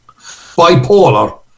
bipolar